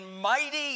mighty